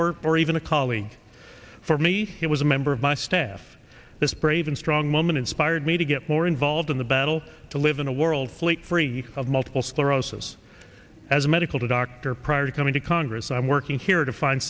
or or even a colleague for me it was a member of my staff this brave and strong woman inspired me to get more involved in the battle to live in a world fleet free of multiple sclerosis as a medical doctor prior to coming to congress i'm working here to find